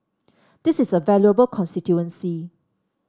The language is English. this is a valuable constituency